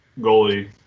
goalie